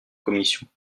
commission